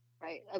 right